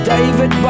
David